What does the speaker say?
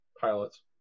pilots